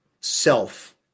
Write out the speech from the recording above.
self